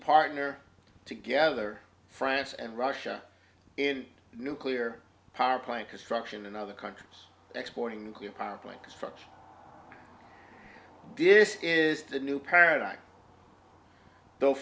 partner together france and russia in nuclear power plant construction and other countries exporting nuclear power plant construction this is the new paradigm th